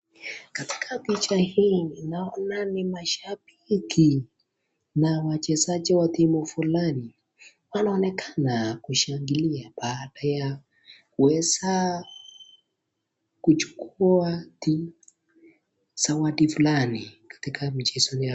Katika picha hii naona ni mashambiki na wachezaji wa timu fulani. Wanaonekana kushangilia baada ya kuweza kuchukua timu zawadi fulani katika michezo yao.